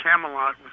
Camelot